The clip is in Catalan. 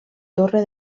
torre